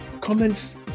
comments